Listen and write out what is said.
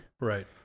Right